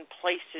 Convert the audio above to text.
places